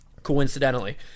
Coincidentally